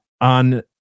on